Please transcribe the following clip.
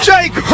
Jake